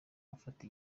afata